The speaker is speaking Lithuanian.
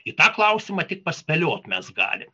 į tą klausimą tik paspėliot mes galim